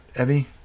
Evie